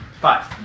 Five